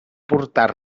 portar